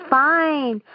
fine